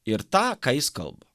ir tą ką jis kalba